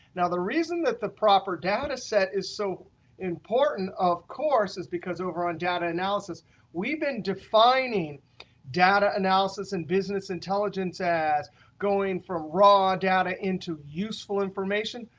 now, the reason that the proper data set is so important, of course, is because over on data analysis we've been defining data analysis and business intelligence as going from raw data into useful information.